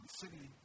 city